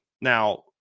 Now